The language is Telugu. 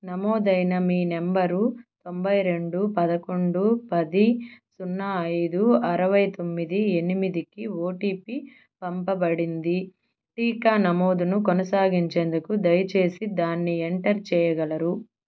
నమోదైన మీ నంబరు తొంభై రెండు పదకొండు పది సున్నా ఐదు అరవై తొమ్మిది ఎనిమిదికి ఓటీపీ పంపబడింది టీకా నమోదును కొనసాగించేందుకు దయచేసి దాన్ని ఎంటర్ చేయగలరు